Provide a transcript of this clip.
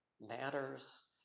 matters